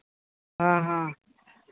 ᱦᱮᱸ ᱦᱮᱸ